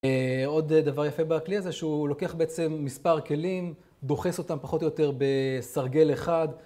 עוד דבר יפה בכלי הזה שהוא לוקח בעצם מספר כלים, דוחס אותם פחות או יותר בסרגל אחד